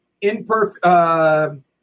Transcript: Imperfect